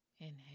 Inhale